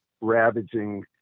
ravaging